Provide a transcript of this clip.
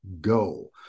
go